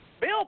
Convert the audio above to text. Bill